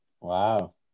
Wow